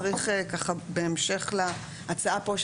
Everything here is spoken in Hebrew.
בהמשך להצעה פה,